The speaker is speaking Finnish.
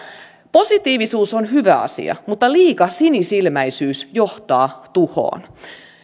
positiivisuus on hyvä asia mutta liika sinisilmäisyys johtaa tuhoon